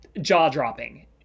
jaw-dropping